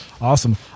awesome